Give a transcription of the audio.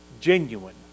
genuine